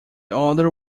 other